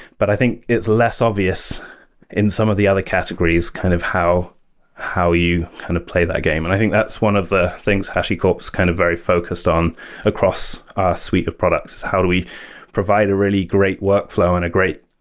but i think it's less obvious in some of the other categories kind of how how you kind of play that game. and i think that's one of the things hashicorp is kind of very focused on across our suite of products is how do we provide a really great workflow and a great